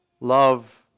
Love